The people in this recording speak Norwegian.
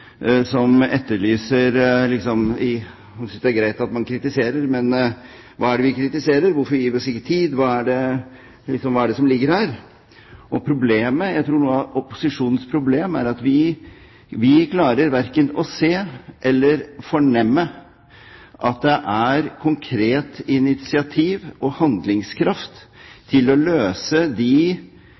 som synes det er greit at man kritiserer, men hva er det vi kritiserer? Hvorfor gir vi oss ikke tid? Hva er det egentlig som ligger her? Jeg tror noe av opposisjonens problem er at vi klarer verken å se eller fornemme at det er noe konkret initiativ og en handlingskraft til å imøtekomme de